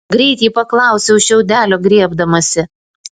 greit ji paklausė už šiaudelio griebdamasi